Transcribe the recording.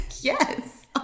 yes